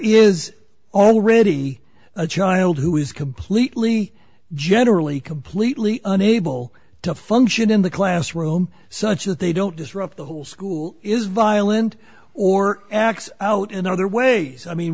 is already a child who is completely generally completely unable to function in the classroom such that they don't disrupt the whole school is violent or acts out in other ways i mean